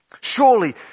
Surely